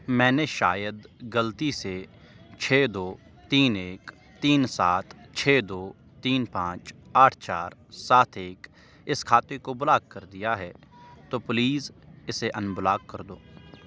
میں نے شاید غلطی سے چھ دو تین ایک تین سات چھ دو تین پانچ آٹھ چار سات ایک اس کھاتے کو بلاک کر دیا ہے تو پلیز اسے ان بلاک کر دو